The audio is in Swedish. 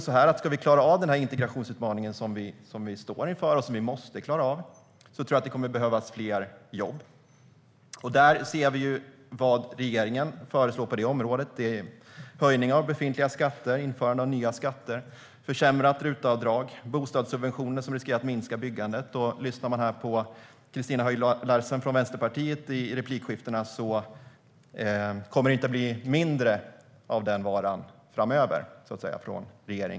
Ska vi klara av den integrationsutmaning som vi står inför, och som vi måste klara av, tror jag att det kommer att behövas fler jobb. Vi ser vad regeringen föreslår på det området. Det är höjning av befintliga skatter, införande av nya skatter, försämrat RUT-avdrag och bostadssubventioner som riskerar att minska byggandet. Och lyssnar man på Christina Höj Larsen från Vänsterpartiet i replikskiftena kommer det inte att bli mindre av den varan framöver.